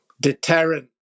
deterrent